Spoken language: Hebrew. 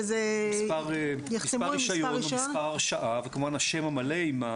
מספר רישיון או מספר הרשאה, וכמובן השם המלא.